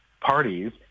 parties